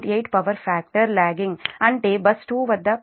8 power factor lagging అంటే bus 2 వద్ద current V I cos అవుతుంది